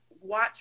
watch